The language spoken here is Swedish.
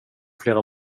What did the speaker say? flera